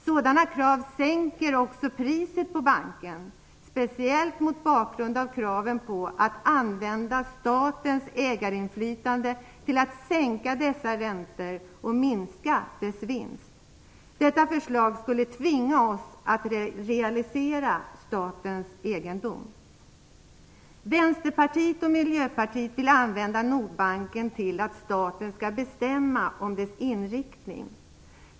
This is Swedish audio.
Sådana krav sänker priset på banken, speciellt mot bakgrund av kraven på att använda statens ägarinflytande till att sänka dess räntor och minska dess vinst. Detta förslag skulle tvinga oss att realisera statens egendom. Nordbanken att staten skall bestämma om dess inriktning.